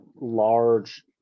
large